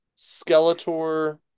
Skeletor